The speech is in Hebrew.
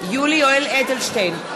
יולי יואל אדלשטיין,